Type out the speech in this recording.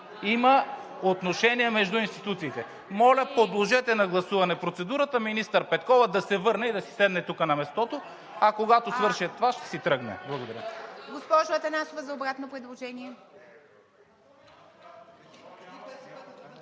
Има отношения между институциите. Моля, подложете на гласуване процедурата министър Петкова да се върне и да си седне тук на мястото, а когато свърши това, ще си тръгне. Благодаря.